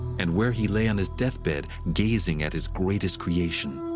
and where he lay on his deathbed, gazing at his greatest creation.